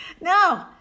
No